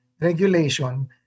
regulation